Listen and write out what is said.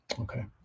Okay